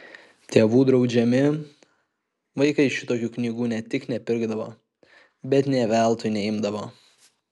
tėvų draudžiami vaikai šitokių knygų ne tik nepirkdavo bet nė veltui neimdavo